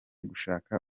gushaka